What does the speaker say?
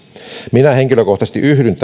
minä henkilökohtaisesti yhdyn